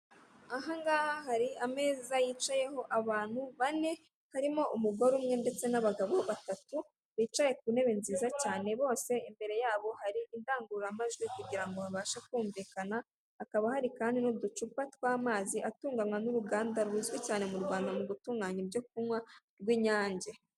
Aha ngaha hari ameza yicayeho abantu bane harimo umugore umwe ndetse n'abagabo batatu, bicaye ku ntebe nziza cyane bose imbere yabo hari indangururamajwi kugirango ngo babashe kumvikana, hakaba hari kandi n'uducupa tw'amazi atunganywa n'uruganda ruzwi cyane mu Rwanda mu gutunganya ibyo kunywa, rw'Inyange.